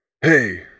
Hey